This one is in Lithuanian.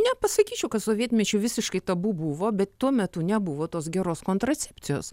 nepasakyčiau kad sovietmečiu visiškai tabu buvo bet tuo metu nebuvo tos geros kontracepcijos